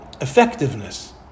effectiveness